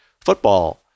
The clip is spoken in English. football